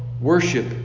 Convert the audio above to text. Worship